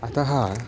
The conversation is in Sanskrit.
अतः